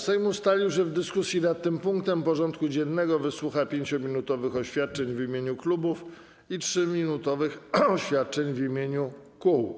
Sejm ustalił, że w dyskusji nad tym punktem porządku dziennego wysłucha 5-minutowych oświadczeń w imieniu klubów i 3-minutowych oświadczeń w imieniu kół.